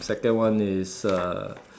second one is uh